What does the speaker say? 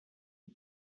die